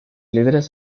líderes